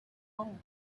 old